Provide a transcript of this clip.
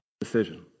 decision